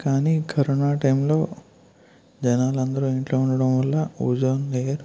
కానీ కరోనా టైంలో జనాలు అందరూ ఇంట్లో ఉండడం వల్ల ఓజోన్ లేయర్